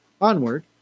Onward